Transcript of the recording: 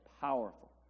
powerful